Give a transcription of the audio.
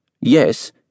Yes